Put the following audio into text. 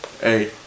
Hey